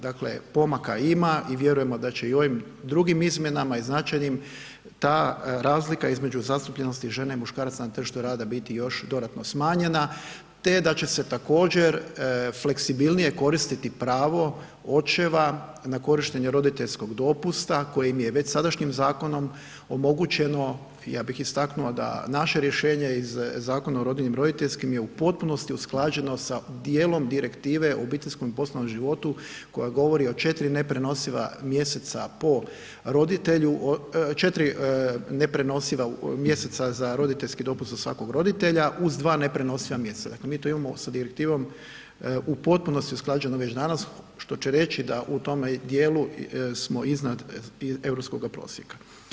Dakle pomaka ima i vjerujemo da će i ovim drugim izmjenama i značajnim, ta razlika između zastupljenosti žene i muškaraca na tržištu rada biti još dodatno smanjena, te da će se također fleksibilnije koristiti pravo očeva na korištenje roditeljskog dopusta, kojim je već sadašnjim Zakonom omogućeno, ja bih istaknuo da naše rješenje iz Zakona o rodiljnim i roditeljskim, je u potpunosti usklađeno sa dijelom Direktive o obiteljskom i poslovnom životu koja govori o četiri neprenosiva mjeseca po roditelju, četiri neprenosiva mjeseca za roditeljski dopust ... svakog roditelja, uz dva neprenosiva mjeseca, dakle mi tu imamo sa Direktivom u potpunosti usklađeno već danas, što će reći da u tome dijelu smo iznad europskog prosjeka.